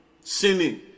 sinning